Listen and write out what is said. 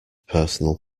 personal